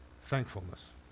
thankfulness